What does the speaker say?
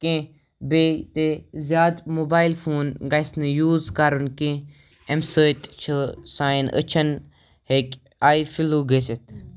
کینٛہہ بیٚیہِ تہِ زیادٕ موبایل فون گژھِ نہٕ یوٗز کَرُن کینٛہہ اَمہِ سۭتۍ چھُ سانٮ۪ن أچھَن ہیٚکہِ آی فِلوٗ گٔژھِتھ